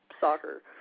soccer